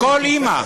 כל אימא,